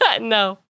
No